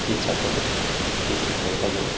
କିଏ ଚାଷ କରେ କିଏ ଶିକ୍ଷକତା କରେ